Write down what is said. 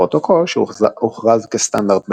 הפרוטוקול, שהוכרז כסטנדרט ב-1983,